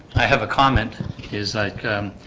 i have a comment is like